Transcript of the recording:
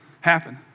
happen